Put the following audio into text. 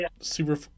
super